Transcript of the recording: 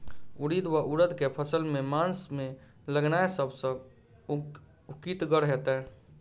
उड़ीद वा उड़द केँ फसल केँ मास मे लगेनाय सब सऽ उकीतगर हेतै?